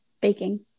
baking